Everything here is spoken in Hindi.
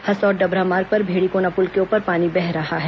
हसौद डभरा मार्ग पर भेड़ीकोना पुल के ऊपर पानी बह रहा है